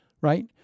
right